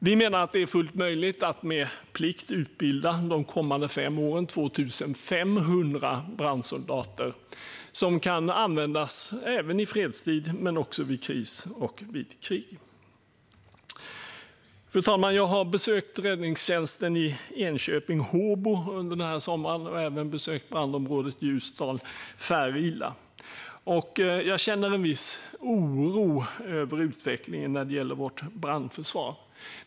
Vi menar att det är fullt möjligt att under de kommande fem åren med plikt utbilda 2 500 brandsoldater som kan användas både i fredstid och vid kris och krig. Fru talman! Jag har besökt räddningstjänsten i Enköping-Håbo under sommaren, och jag har även besökt brandområdet Färila i Ljusdal. Jag känner en viss oro över utvecklingen när det gäller vårt brandförsvar.